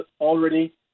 already –